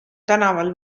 tänaval